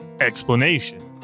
explanation